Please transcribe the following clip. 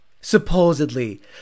supposedly